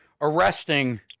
arresting